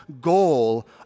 goal